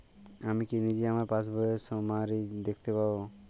আমি কি নিজেই আমার পাসবইয়ের সামারি দেখতে পারব?